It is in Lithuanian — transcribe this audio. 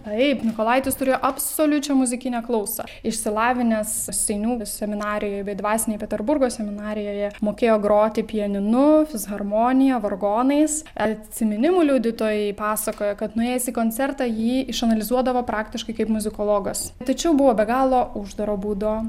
taip mykolaitis turėjo absoliučią muzikinę klausą išsilavinęs seinių seminarijoj bei dvasinėj peterburgo seminarijoje mokėjo groti pianinu fisharmonija vargonais atsiminimų liudytojai pasakoja kad nuėjęs į koncertą jį išanalizuodavo praktiškai kaip muzikologas tačiau buvo be galo uždaro būdo